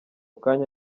kanya